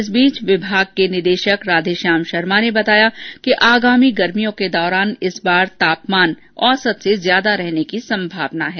इस बीच विभाग के निदेशक राधेश्याम शर्मा ने बताया कि आगामी गर्मियों के दौरान इस बार तापमान औसत से ज्यादा रहने की संभावना है